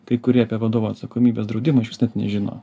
kai kurie apie vadovo atsakomybės draudimą išvis net nežino